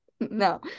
No